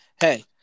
hey